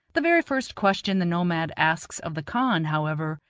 the very first question the nomad asks of the khan, however,